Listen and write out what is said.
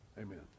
Amen